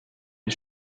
les